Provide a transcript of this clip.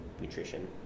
nutrition